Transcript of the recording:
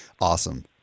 awesome